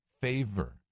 favor